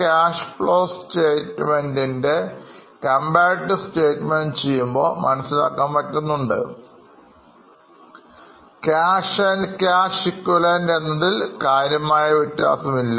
cash and cash equivalent എന്നതിൽകാര്യമായ വ്യത്യാസമില്ല